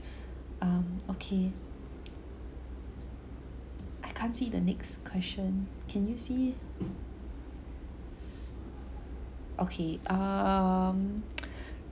um okay I can't see the next question can you see okay um